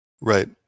Right